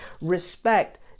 Respect